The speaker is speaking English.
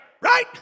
Right